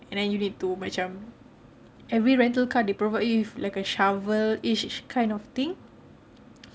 and then you need to macam every rental car they provide you with a shovelish kind of thing